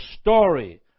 story